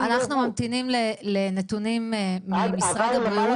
אנחנו ממתינים לנתונים ממשרד הבריאות.